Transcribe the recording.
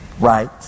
Right